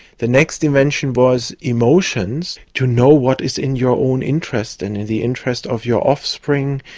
the next invention was emotions, to know what is in your own interest and in the interest of your offspring,